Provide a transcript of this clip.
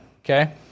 okay